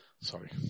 Sorry